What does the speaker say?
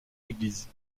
églises